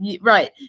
right